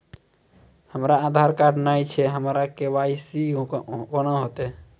हमरा आधार कार्ड नई छै हमर के.वाई.सी कोना हैत?